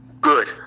Good